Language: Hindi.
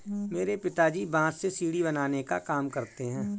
मेरे पिताजी बांस से सीढ़ी बनाने का काम करते हैं